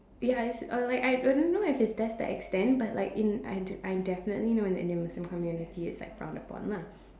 ya it's uh like I I don't know if it's that's the extent but like in I I definitely know that in the Muslim community it's like frowned upon lah